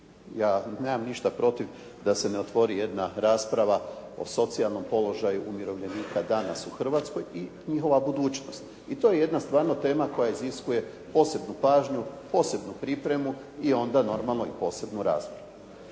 ja nemam ništa protiv da se ne otvori jedna rasprava o socijalnom položaju umirovljenika danas u Hrvatskoj i njihova budućnost i to je jedna stvarno tema koja iziskuje posebnu pažnju, posebnu pripremu i onda normalno i posebnu raspravu.